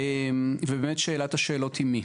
ובאמת שאלת השאלות היא מי.